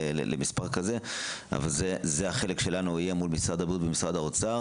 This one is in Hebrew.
וזה יהיה החלק שלנו מול משרד הבריאות ומשרד האוצר